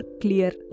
clear